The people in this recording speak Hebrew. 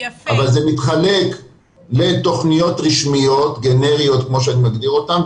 אבל זה מתחלק לתכניות רשמיות גנריות כמו שאני מגדיר אותן,